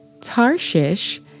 Tarshish